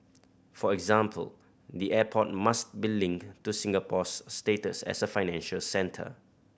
for example the airport must be linked to Singapore's status as a financial centre